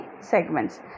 segments